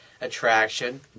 attraction